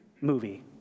movie